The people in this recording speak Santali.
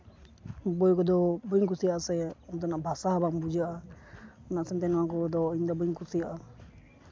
ᱵᱳᱭ ᱠᱚᱫᱚ ᱵᱟᱹᱧ ᱠᱩᱥᱤᱭᱟᱜ ᱥᱮ ᱚᱱᱛᱮᱱᱟᱜ ᱵᱷᱟᱥᱟ ᱦᱚᱸ ᱵᱟᱝ ᱵᱩᱡᱷᱟᱹᱜᱼᱟ ᱚᱱᱟ ᱥᱟᱶᱛᱮ ᱱᱚᱣᱟ ᱠᱚᱫᱚ ᱤᱧᱫᱚ ᱵᱟᱹᱧ ᱠᱩᱥᱤᱭᱟᱜᱼᱟ